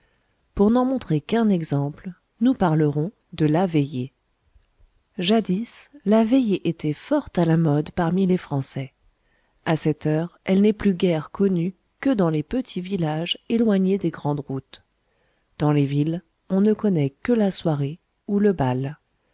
pour n'en montrer qu'un exemple nous parlerons de la veillée jadis la veillée était fort à la mode parmi les français à cette heure elle n'est plus guère connue que dans les petits villages éloignés des grandes routes dans les villes on ne connaît que la soirée ou le bal